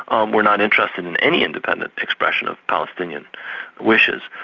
um were not interested in any independent expression of palestinian wishes.